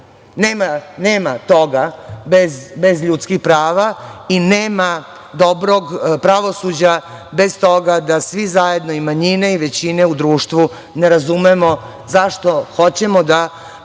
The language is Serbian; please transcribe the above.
toga bez ljudskih prava i nema dobrog pravosuđa bez toga da svi zajedno i manjine i većine u društvu ne razumemo zašto hoćemo da